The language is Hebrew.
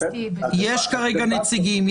למשל יש כרגע נציגים,